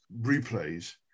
replays